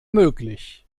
möglich